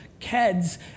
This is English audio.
Keds